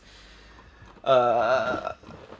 uh